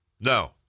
no